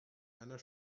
einer